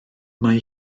mae